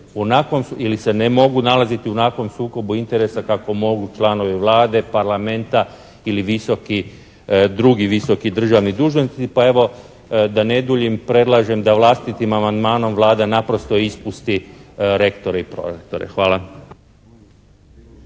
ili se ne mogu nalaziti u onakvom sukobu interesa kako mogu članovi Vlade, Parlamenta ili visoki, drugi visoki državni dužnosnici. Pa evo da ne duljim predlažem da vlastitim amandmanom Vlada naprosto ispusti rektore i prorektore. Hvala.